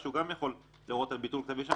שהוא גם יכול להורות על ביטול כתב אישום,